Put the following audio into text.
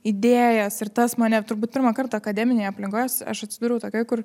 idėjas ir tas mane turbūt pirmą kartą akademinėje aplinkoje aš atsidūriau tokioj kur